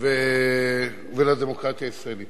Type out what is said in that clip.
ולדמוקרטיה הישראלית.